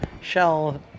Shell